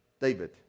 David